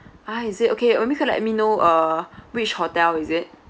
ah is it okay maybe could let me know uh which hotel is it